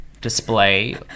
display